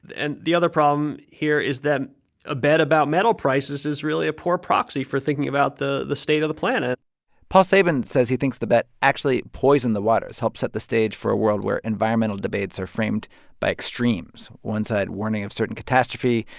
and the other problem here is that a bet about metal prices is really a poor proxy for thinking about the the state of the planet paul sabin says he thinks the bet actually poisoned the waters, helped set the stage for a world where environmental debates are framed by extremes, one side warning of certain catastrophe,